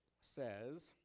says